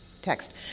text